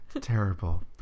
Terrible